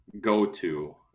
go-to